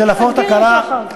תאתגרי אותו אחר כך.